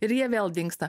ir jie vėl dingsta